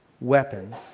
weapons